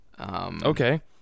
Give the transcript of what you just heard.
Okay